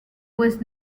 was